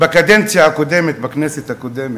בקדנציה הקודמת, בכנסת הקודמת,